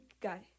guy